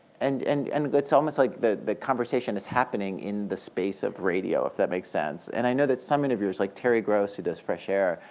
and and and almost like the the conversation is happening in the space of radio, if that makes sense. and i know that some interviewers, like terry gross, who does fresh air,